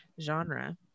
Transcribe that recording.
genre